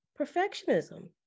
perfectionism